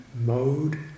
mode